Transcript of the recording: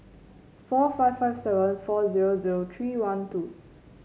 four five five seven four zero zero three one two